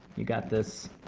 you got this.